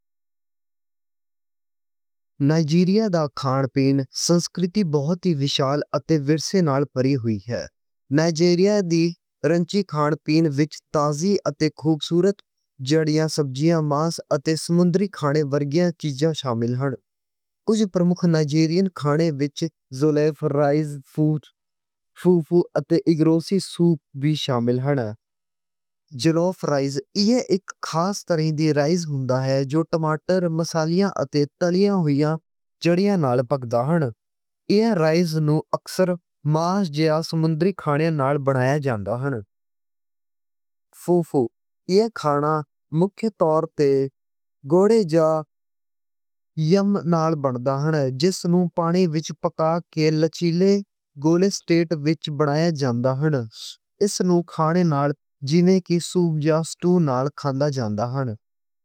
نائجیریا دا کھان پین سنسکرتی بڑی وِشال اتے بے مثال پکھ ہن۔ نائجیریا دی رنگی کھان پین وچ تازیاں اتے خوبصورت جڑیاں، سبزیاں، ماس اتے سمندری کھانے ورگیاں چیزاں شامل ہن۔ کجھ پرموکھ نائجیریا کھانے وچ زولاف رائس، فوفو اتے اگوسی سوپ وی شامل ہن۔ زولاف رائس ایہ اک خاص طرح دا رائس ہوندا اے۔ جو ٹماٹر، مسالیاں اتے تلیاں ہوئیاں جڑیاں نال پکدا اے۔ ایہ رائس نوں اکثر ماس جا سمندری کھانے نال بنایا جاندا اے۔ فوفو ایہ کھانا مُکھ طور تے گولے یا یَم نال بندا اے۔ جس نوں پانی وچ پکا کے لچیلے گول سٹیٹ وچ بنایا جاندا اے۔ اس نوں کھانے نال جیوں کہ سوپ جا سٹو نال کھاندا جاندا اے۔